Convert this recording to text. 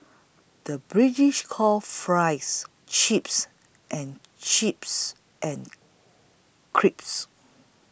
the British calls Fries Chips and chips and crisps